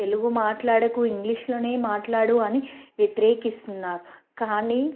తెలుగు మాట్లాడకు ఇంగ్లీష్లోనే మాట్లాడు అని వ్యతిరేకిస్తున్నారు కానీ